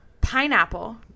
pineapple